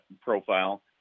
profile